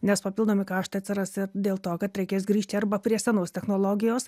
nes papildomi kaštai atsiras ir dėlto kad reikės grįžti arba prie senos technologijos